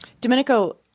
Domenico